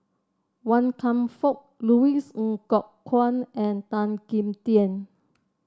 Wan Kam Fook Louis Ng Kok Kwang and Tan Kim Tian